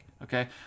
Okay